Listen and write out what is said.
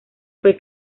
fue